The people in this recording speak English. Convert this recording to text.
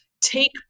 take